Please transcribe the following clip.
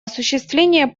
осуществление